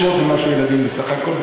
600 ומשהו ילדים בסך הכול,